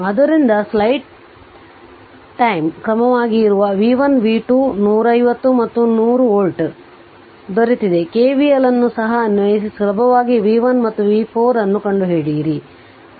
ಆದ್ದರಿಂದ slide time ಕ್ರಮವಾಗಿ ಇರುವ v1 ಮತ್ತು v2 150 ಮತ್ತು 100 ವೋಲ್ಟ್ ದೊರೆತಿದೆKVL ಅನ್ನು ಸಹ ಅನ್ವಯಿಸಿ ಸುಲಭವಾಗಿ v1 ಮತ್ತು v 4 ಅನ್ನು ಕಂಡುಹಿಡಿಯಿರಿ